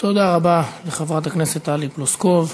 תודה רבה לחברת הכנסת טלי פלוסקוב.